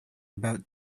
about